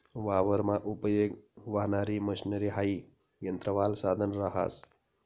वावरमा उपयेग व्हणारी मशनरी हाई यंत्रवालं साधन रहास